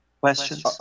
questions